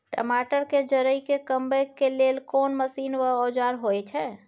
टमाटर के जईर के कमबै के लेल कोन मसीन व औजार होय छै?